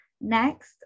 Next